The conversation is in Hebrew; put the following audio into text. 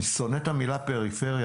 אני שונא את המילה פריפריה,